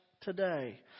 today